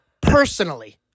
personally